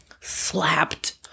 slapped